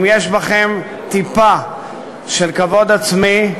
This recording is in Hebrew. אם יש בכם טיפה של כבוד עצמי,